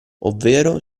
ovvero